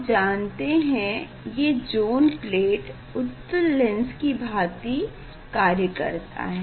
आप जानते हैं ये ज़ोन प्लेट उत्तल लेंस की भाँति कार्य करता है